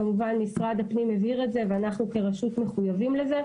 כמובן משרד הפנים הבהיר את זה ואנחנו כרשות מחויבים לזה.